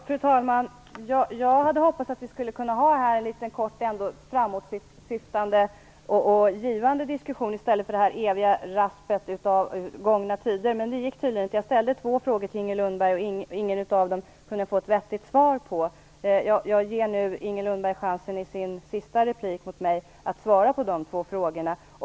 Fru talman! Jag hade hoppats att vi ändå skulle kunna ha en framåtsyftande och givande diskussion i stället för det eviga raspet om gångna tider, men det gick tydligen inte. Jag ställde två frågor till Inger Lundberg, men fick inget vettigt svar på någon av dem. Jag ger nu Inger Lundberg chansen att i sin sista replik svara på de två frågorna.